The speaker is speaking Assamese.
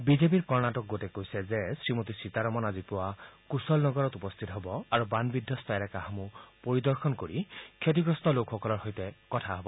বিজেপিৰ কৰ্ণাটক গোটে কৈছে যে শ্ৰীমতী সীতাৰমণ আজি পুৱা কুশলনগৰত উপস্থিত হ'ব আৰু বান বিধবস্ত এলেকাসমূহ পৰিদৰ্শন কৰি ক্ষতিগ্ৰস্ত লোকসকলৰ সৈতে কথা হব